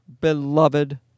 beloved